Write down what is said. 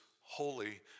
holy